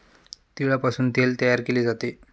तिळापासून तेल तयार केले जाते